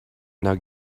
now